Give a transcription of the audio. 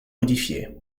modifiée